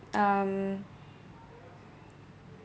um